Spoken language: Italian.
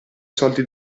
soldi